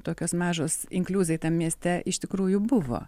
tokios mažos inkliuzai tam mieste iš tikrųjų buvo